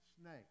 snake